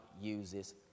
uses